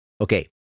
Okay